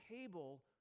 table